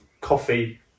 coffee